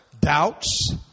Doubts